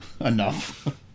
Enough